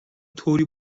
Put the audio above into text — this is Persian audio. طوری